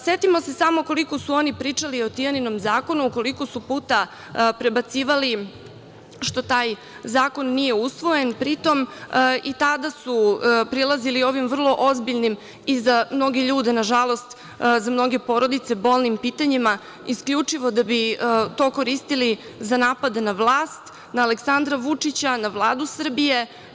Setimo se samo koliko su oni pričali o Tijaninom zakonu, koliko su puta prebacivali što taj zakon nije usvojen, a pri tom i tada su prilazili vrlo ozbiljnim i za mnoge ljude, nažalost, za mnoge porodice sa bolnim pitanjima, isključivo da bi to koristili za napad na vlast, na Aleksandra Vučića, na Vladu Srbije.